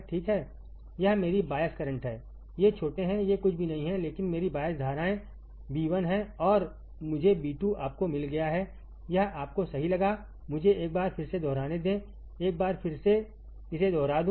ठीक है यह मेरी बायस करंट है ये छोटे हैं येकुछ भी नहीं हैं लेकिन मेरी बायस धाराएं Ib1 हैंऔर मुझेb2आपको मिल गया है यह आपको सही लगा मुझे एक बार फिर से दोहराने दें एक बार फिर से इसे दोहरा दूं